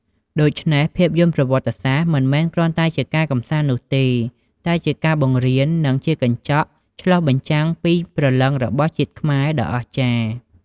ដូច្នេះ ភាពយន្តប្រវត្តិសាស្ត្រមិនមែនគ្រាន់តែជាការកម្សាន្តនោះទេ តែជាការបង្រៀន និងជាកញ្ចក់ឆ្លុះបញ្ចាំងពីព្រលឹងរបស់ជាតិខ្មែរដ៏អស្ចារ្យ។